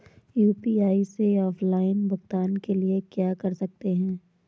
UPI से offline भुगतान के लिए क्या कर सकते हैं?